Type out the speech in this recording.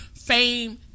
fame